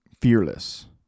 fearless